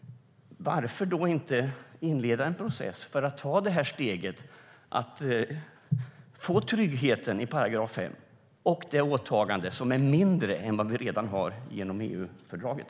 Varför då inte inleda en process för att ta det här steget att få tryggheten i § 5 och det åtagande som är mindre än vad vi redan har genom EU-fördraget?